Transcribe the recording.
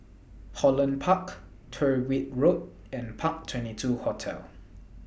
Holland Park Tyrwhitt Road and Park twenty two Hotel